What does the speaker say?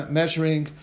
measuring